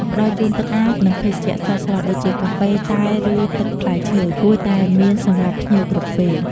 ផ្ដល់ជូនទឹកស្អាត និងភេសជ្ជៈស្រស់ៗ ដូចជា កាហ្វេ តែ ឬទឹកផ្លែឈើ គួរតែមានសម្រាប់ភ្ញៀវគ្រប់ពេល។